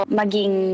maging